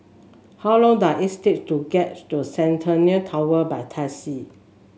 how long does it take to get to Centennial Tower by taxi